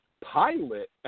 pilot